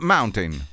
Mountain